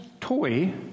toy